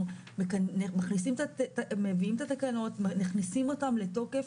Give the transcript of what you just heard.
מעבירים את התקנות ומכניסים אותן לתוקף,